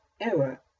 error